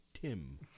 Tim